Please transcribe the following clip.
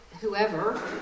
whoever